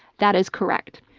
that is correct.